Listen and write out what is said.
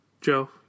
Joe